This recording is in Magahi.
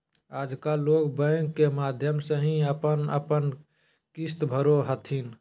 आजकल लोग बैंक के माध्यम से ही अपन अपन किश्त भरो हथिन